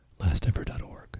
LastEver.org